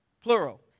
Plural